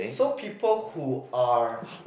so people who are